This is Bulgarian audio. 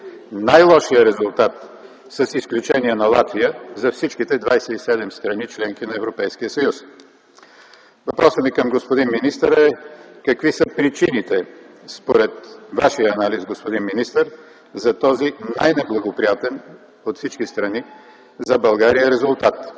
Най-лошият резултат, с изключение на Латвия, за всичките 27 страни – членки на Европейския съюз. Въпросът ми към господин министъра е: какви са причините, според Вашия анализ господин министър, за този най-неблагоприятен от всички страни за България резултат?